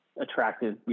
attractive